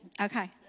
Okay